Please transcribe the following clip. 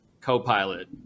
co-pilot